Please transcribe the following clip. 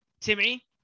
Timmy